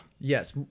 Yes